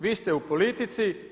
Vi ste u politici.